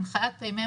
הנחיית פ.מ.